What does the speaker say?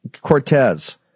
Cortez